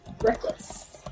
Reckless